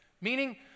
meaning